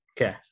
okay